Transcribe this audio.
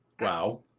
Wow